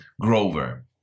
Grover